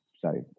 sorry